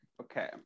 Okay